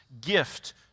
gift